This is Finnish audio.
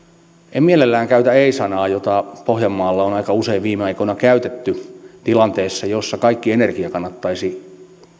en mielelläni käytä ei sanaa jota pohjanmaalla on aika usein viime aikoina käytetty tilanteessa jossa kaikki energia kannattaisi